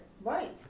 Right